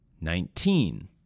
Nineteen